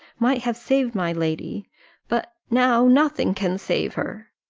might have saved my lady but now nothing can save her!